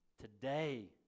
Today